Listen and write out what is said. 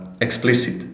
Explicit